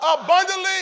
abundantly